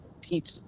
teach